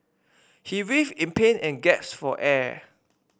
he writhed in pain and gasped for air